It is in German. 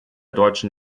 deutschen